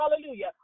Hallelujah